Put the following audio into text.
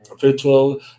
virtual